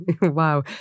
Wow